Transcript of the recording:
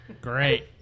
Great